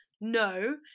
no